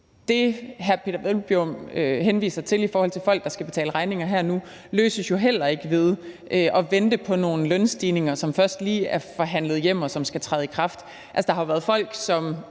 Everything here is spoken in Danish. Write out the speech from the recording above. Det, hr. Peder Hvelplund henviser til i forhold til folk, der skal betale regninger her og nu, løses jo heller ikke ved at vente på nogle lønstigninger, som først lige er forhandlet hjem, og som skal træde i kraft. Der har været folk, som